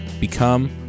become